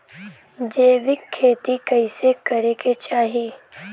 जैविक खेती कइसे करे के चाही?